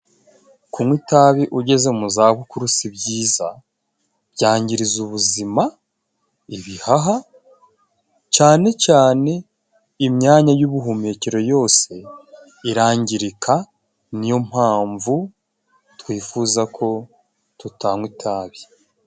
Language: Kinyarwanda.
Kunywa itabi ugeze mu za bukuru sibyiza. Byangiriza ubuzima, ibihaha, cane cane imyanya y'ubuhumekero yose irangirika. Niyo mpamvu twifuza ko tutanywa itabi.